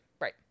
Right